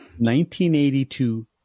1982